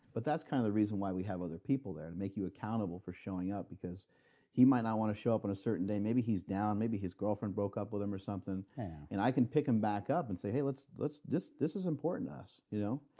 but that's kind of the reason why we have other people there, to and make you accountable for showing up because he might not want to show up on a certain day and maybe he's down, maybe his girlfriend broke up with him or something and i can pick him back up and say, hey, let's let's this this is important to us, you know?